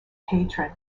patron